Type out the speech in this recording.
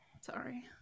Sorry